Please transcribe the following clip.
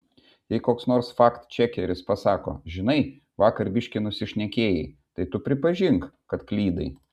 jei koks nors faktčekeris pasako žinai vakar biškį nusišnekėjai tai tu pripažink kad klydai